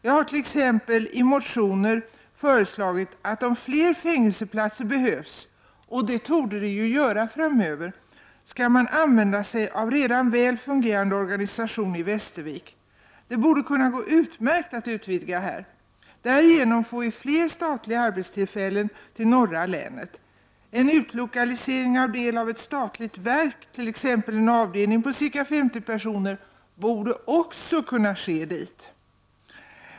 Jag har t.ex. i motioner föreslagit att om fler fängelseplatser behövs — och det torde ju det göra framöver — skall man använda sig av redan väl fungerande organisation i Västervik. Det borde kunna gå utmärkt att utvidga där. Därigenom får vi fler statliga arbetstillfällen till norra länet. En utlokalisering av del av ett statligt verk, t.ex. en avdelning på ca 50 personer, borde också kunna ske dit.